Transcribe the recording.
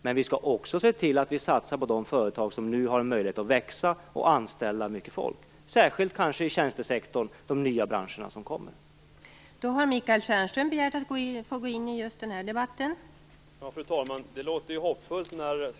Men vi skall också se till att vi satsar på de företag som nu har en möjlighet att växa och anställa mycket folk, särskilt kanske i de nya branscher som kommer i tjänstesektorn.